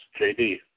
JD